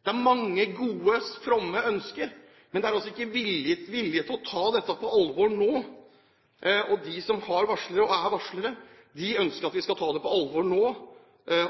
Det er mange gode, fromme ønsker, men det er altså ikke vilje til å ta dette på alvor nå. De som har varslet og er varslere, de ønsker at vi skal ta dette på alvor nå